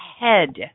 head